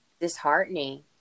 Disheartening